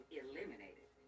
eliminated